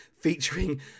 featuring